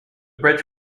bridge